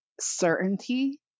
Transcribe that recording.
certainty